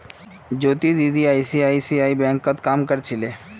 ज्योति दीदी आई.सी.आई.सी.आई बैंकत काम कर छिले